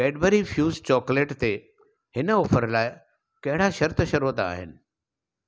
Cadbury Fuse chocolate ते हिन offer लाइ कहिड़ा शर्त शरोत आहिनि